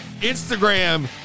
Instagram